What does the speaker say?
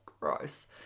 Gross